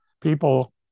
people